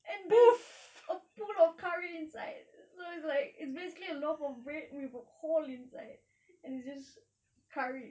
and then a pool of curry inside so it's like basically a loaf of bread with a hole inside and it's just curry